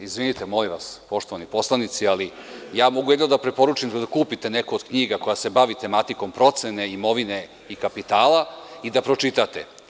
Izvinite molim vas, poštovani poslanici, ali ja mogu jedino da preporučim da kupite neku od knjiga koja se bavi tematikom procene imovine i kapitala i da pročitate.